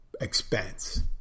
expense